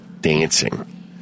Dancing